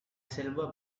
silver